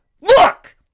look